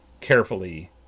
carefully